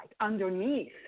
underneath